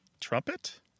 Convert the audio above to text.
trumpet